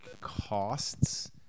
costs